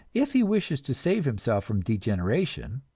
if he wishes to save himself from degeneration,